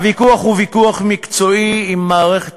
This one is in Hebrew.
הוויכוח הוא ויכוח מקצועי עם מערכת